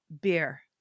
Beer